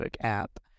app